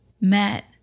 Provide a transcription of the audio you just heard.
met